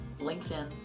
LinkedIn